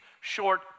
short